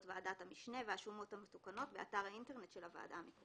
ועדת המשנה והשומות המתוקנות באתר האינטרנט של הוועדה.